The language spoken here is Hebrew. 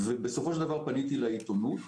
בסופו של דבר פניתי לעיתונות.